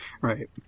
Right